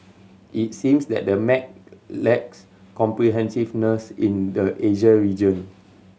it seems that the map lacks comprehensiveness in the Asia region